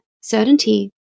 certainty